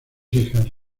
hijas